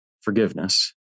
forgiveness